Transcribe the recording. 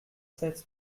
sept